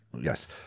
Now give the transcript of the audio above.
Yes